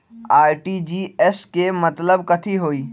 RTGS के मतलब कथी होइ?